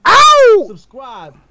Subscribe